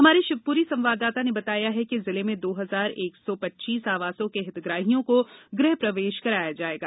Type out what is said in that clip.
हमारे शिवपुरी संवाददाता ने बताया है कि जिले में दो हजार एक सौ पच्चीस आवासों के हितग्राहियों को गृह प्रर्वेश कराया जाएगा